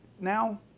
now